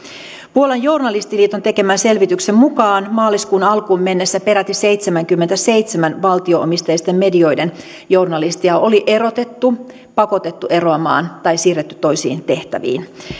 puolan journalistiliiton tekemän selvityksen mukaan maaliskuun alkuun mennessä peräti seitsemänkymmenenseitsemän valtio omisteisten medioiden journalistia oli erotettu pakotettu eroamaan tai siirretty toisiin tehtäviin